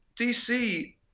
DC